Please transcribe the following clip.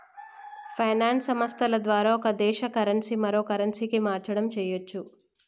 finance సంస్థల ద్వారా ఒక దేశ కరెన్సీ మరో కరెన్సీకి మార్చడం చెయ్యచ్చు